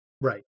Right